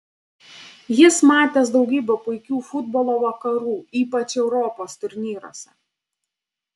jis matęs daugybę puikių futbolo vakarų ypač europos turnyruose